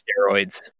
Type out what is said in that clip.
steroids